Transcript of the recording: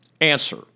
Answer